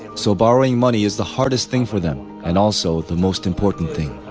so borrowing money is the hardest thing for them, and also the most important thing.